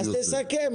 אז תסכם.